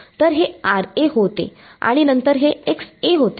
तर हे होते आणि नंतर हे होते